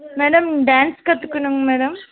madam dance கற்றுக்கணுங்க madam